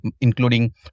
including